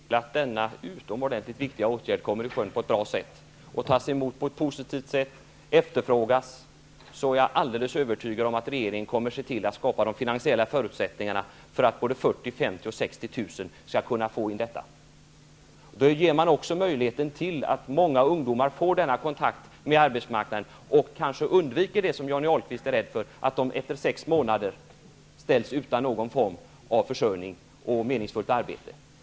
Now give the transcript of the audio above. Her talman! Jag vill först säga att jag helhjärtat önskar att denna utomordentligt viktiga åtgärd sätts i sjön på ett bra sätt, att den tas emot positivt och att den efterfrågas. Då är jag alldeles övertygad om att regeringen kommer att se till att man skapar de finansiella förutsättningarna för att både 50 000 och 60 000 skall kunna få en ungdomspraktikplats. På det sättet blir det möjligt för många ungdomar att få kontakt med arbetsmarknaden. Därmed kanske de undviker det som Johnny Ahlqvist befarade, att de efter sex månader ställs utan någon form av försörjning och meningsfullt arbete.